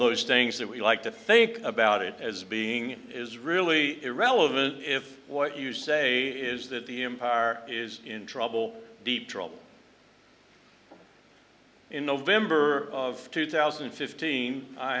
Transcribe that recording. those things that we like to think about it as being is really irrelevant if what you say is that the empire are is in trouble deep trouble in november of two thousand and fifteen i